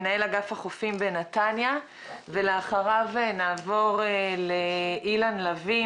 מנהל אגף החופים בנתניה; ואחריו נעבור לאילן לביא,